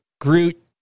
Groot